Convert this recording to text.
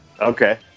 Okay